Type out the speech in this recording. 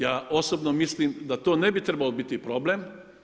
Ja osobno mislima da to ne bi trebao biti problem.